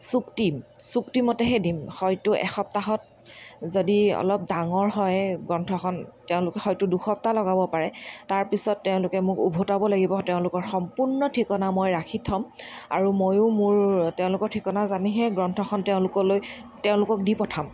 চুক্তি চুক্তি মতেহে দিম হয়তো একসপ্তাহত যদি অলপ ডাঙৰ হয় গ্ৰন্থখন তেওঁলোক হয়তো দুসপ্তাহ লগাব পাৰে তাৰ পিছত তেওঁলোকে মোক ওভতাব লাগিব তেওঁলোকৰ সম্পূৰ্ণ ঠিকনা মই ৰাখি থ'ম আৰু ময়ো মোৰ তেওঁলোকৰ ঠিকনা জানিহে গ্ৰন্থখন তেওঁলোকলৈ তেওঁলোকক দি পঠাম